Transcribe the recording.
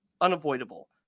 unavoidable